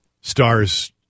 stars